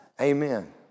Amen